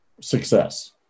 success